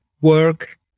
work